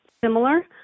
similar